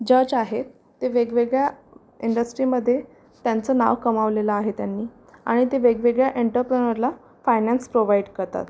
जच आहेत ते वेगवेगळ्या इंडस्ट्रीमध्ये त्यांचं नाव कमावलेलं आहे त्यांनी आणि ते वेगवेगळ्या एन्टरप्रनरला फायनॅन्स प्रोव्हाईट करतात